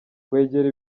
kwegera